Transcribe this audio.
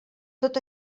tot